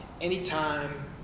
anytime